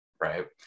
right